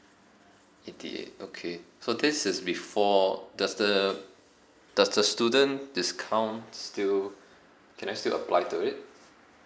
eighty eight okay so this is before does the does the student discount still can I still apply to it